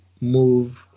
move